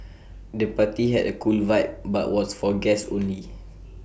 the party had A cool vibe but was for guests only